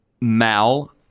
Mal